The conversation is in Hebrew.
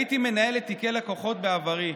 הייתי מנהלת תיקי לקוחות בעברי,